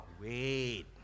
wait